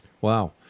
Wow